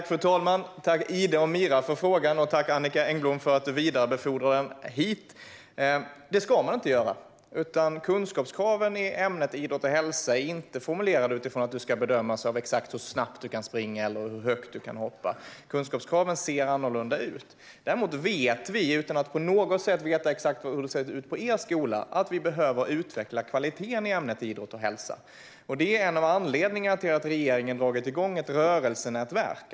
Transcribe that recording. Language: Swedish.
Fru talman! Tack, Ida och Mira, för frågan, och tack, Annicka Engblom, för att du vidarebefordrar den! Kunskapskraven i ämnet idrott och hälsa är inte formulerade så att du ska bedömas utifrån hur snabbt du kan springa eller hur högt du kan hoppa. Kunskapskraven ser annorlunda ut. Däremot vet vi, utan att veta exakt hur det ser ut på er skola, att vi behöver utveckla kvaliteten i ämnet idrott och hälsa. Det är en av anledningarna till att regeringen dragit igång ett rörelsenätverk.